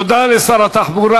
תודה לשר התחבורה.